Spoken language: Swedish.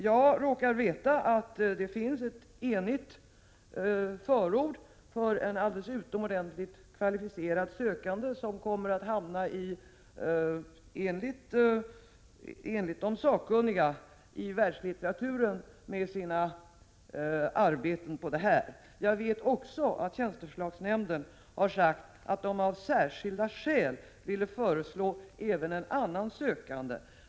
Jag råkar veta att det finns ett enigt förord för en alldeles utomordentligt kvalificerad sökande, som enligt de sakkunniga kommer att hamna i världslitteraturen för sina arbeten. Jag vet också att tjänsteförslagsnämnden har sagt att den av särskilda skäl vill föreslå även en annan sökande.